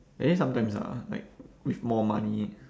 I think sometimes ah like with more money